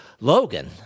Logan